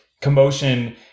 commotion